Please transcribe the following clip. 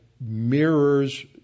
mirrors